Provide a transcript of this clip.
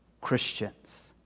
Christians